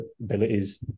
abilities